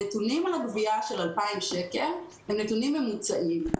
הנתונים על גבייה של 2,000 שקל הם נתונים ממוצעים.